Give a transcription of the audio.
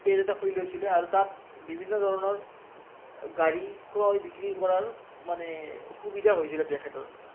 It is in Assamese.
পে'জ এটা খুলি লৈছিলে আৰু তাত বিভিন্ন ধৰণৰ গাড়ী ক্ৰয় বিক্ৰী কৰাৰ মানে সুবিধা হৈছিল তেখেতৰ